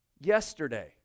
yesterday